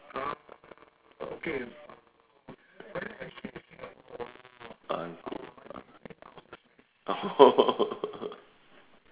I see oh